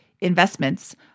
investments